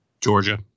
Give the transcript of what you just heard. Georgia